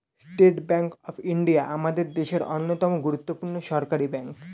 state Bank of India আমাদের দেশের অন্যতম গুরুত্বপূর্ণ সরকারি ব্যাঙ্ক